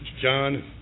John